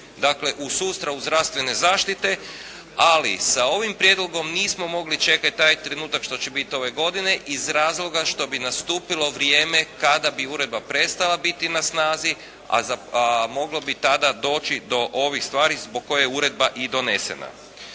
dakle, u sustavu zdravstvene zaštite. Ali sa ovim Prijedlogom nismo mogli čekati taj trenutak što će biti ove godine iz razloga što bi nastupilo vrijeme kada bi uredba prestala biti na snazi a moglo bi tada doći do ovih stvari zbog koje je uredba i donesena.